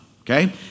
Okay